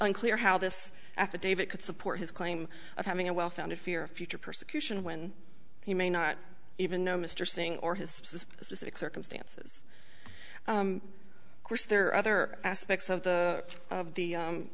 unclear how this affidavit could support his claim of having a well founded fear of future persecution when he may not even know mr singh or his specific circumstances course there are other aspects of the